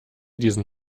diesen